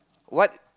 what